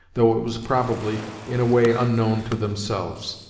though it was probably in a way unknown to themselves.